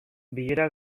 bilera